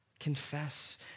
confess